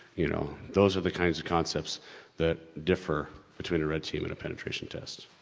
you know. those are the kinds of concepts that differ between a red team and a penetration test.